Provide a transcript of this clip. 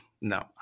no